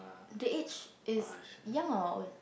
the age is young or old